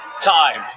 time